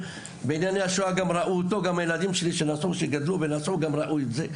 וגם הילדים שלי שנסעו ראו את זה.